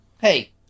Hey